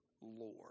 Lord